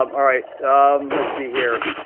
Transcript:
um ah right, let's see here,